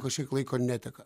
kažkiek laiko neteka